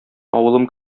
авылым